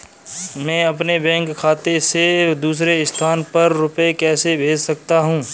मैं अपने बैंक खाते से दूसरे स्थान पर रुपए कैसे भेज सकता हूँ?